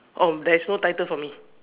oh there's no title for me